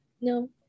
no